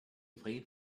played